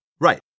Right